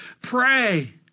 Pray